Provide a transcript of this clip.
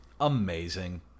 Amazing